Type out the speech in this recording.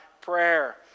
prayer